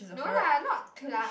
no lah not club